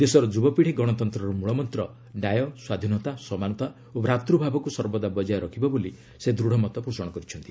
ଦେଶର ଯୁବପିଢ଼ି ଗଣତନ୍ତ୍ର ମୂଳମନ୍ତ ନ୍ୟାୟ ସ୍ୱାଧୀନତା ସମାନତା ଓ ଭ୍ରାତୂଭାବକୁ ସର୍ବଦା ବଜାୟ ରଖିବ ବୋଲି ସେ ଦୃଢ଼ ମତପୋଷଣ କରିଛନ୍ତି